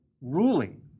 ruling